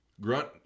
Grunt